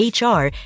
HR